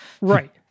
Right